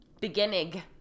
Beginning